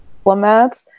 diplomats